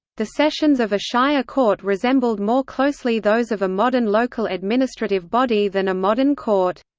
the sessions of a shire court resembled more closely those of a modern local administrative body than a modern court.